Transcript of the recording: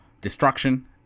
destruction